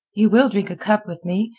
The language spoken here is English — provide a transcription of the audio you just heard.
you will drink a cup with me.